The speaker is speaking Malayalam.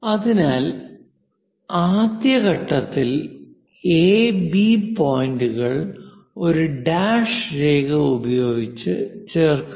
അതിനാൽ ആദ്യ ഘട്ടത്തിൽ എ ബി AB പോയിന്റുകൾ ഒരു ഡാഷ് രേഖ ഉപയോഗിച്ച് ചേർക്കുക